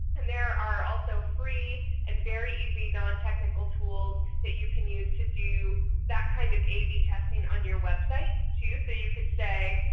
and there are also free and very easy nontechnical tools that you can use to do that kind of ab testing on your website too. so you could say,